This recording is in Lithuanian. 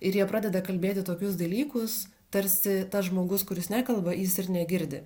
ir jie pradeda kalbėti tokius dalykus tarsi tas žmogus kuris nekalba jis ir negirdi